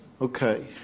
Okay